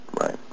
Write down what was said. right